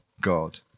God